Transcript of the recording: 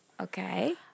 Okay